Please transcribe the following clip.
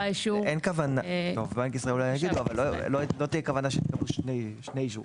לא תהיה כוונה שתקבלו שני אישורים.